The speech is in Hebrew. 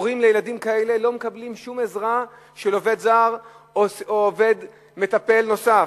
הורים לילדים כאלה לא מקבלים שום עזרה של עובד זר או מטפל נוסף.